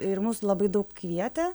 ir mus labai daug kvietė